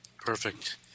Perfect